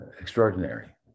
extraordinary